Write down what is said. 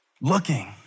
looking